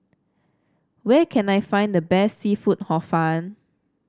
where can I find the best seafood Hor Fun